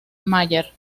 mayer